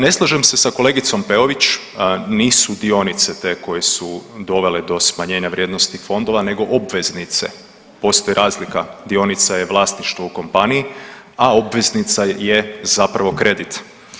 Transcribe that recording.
Ne slažem se sa kolegicom Peović, nisu dionice te koje su dovele do smanjenja vrijednosti fondova nego obveznice, postoji razlika, dionica je vlasništvo u kompaniji, a obveznica je zapravo kredite.